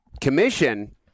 commission